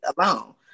alone